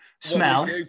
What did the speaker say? Smell